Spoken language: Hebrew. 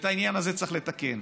את העניין הזה צריך לתקן.